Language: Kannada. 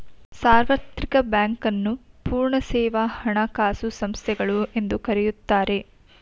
ಸಾರ್ವತ್ರಿಕ ಬ್ಯಾಂಕ್ ನ್ನು ಪೂರ್ಣ ಸೇವಾ ಹಣಕಾಸು ಸಂಸ್ಥೆಗಳು ಎಂದು ಕರೆಯುತ್ತಾರೆ